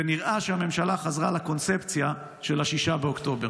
ונראה שהממשלה חזרה לקונספציה של 6 באוקטובר.